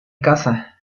caza